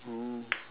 oh